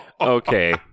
Okay